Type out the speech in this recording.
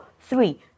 three